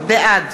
בעד